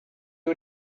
you